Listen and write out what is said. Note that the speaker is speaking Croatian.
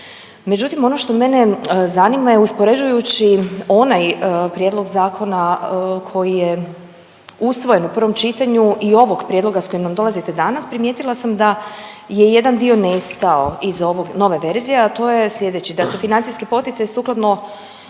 Međutim, ono što mene zanima je uspoređujući onaj prijedlog zakona koji je usvojen u prvom čitanju i ovog prijedloga sa kojim nam dolazite danas primijetila sam da je jedan dio nestao iz ove nove verzije, a to je sljedeći da se financijski poticaj sukladno